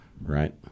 right